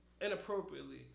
inappropriately